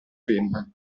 penna